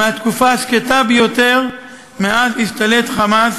מהתקופה השקטה ביותר מאז השתלט "חמאס"